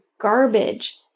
garbage